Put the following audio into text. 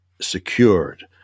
secured